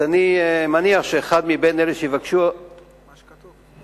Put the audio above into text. אז אני מניח שאחד מאלה שיבקשו, זה מה שכתוב.